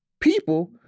people